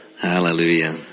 Hallelujah